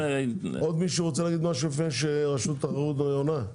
עוד מישהו רוצה להגיד משהו לפני שרשות התחרות עונה?